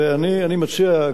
ואני מציע,